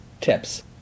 Tips